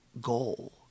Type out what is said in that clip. goal